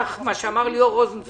כל מי שיש לו ויכוח עם חברת הביטוח,